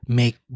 make